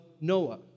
Noah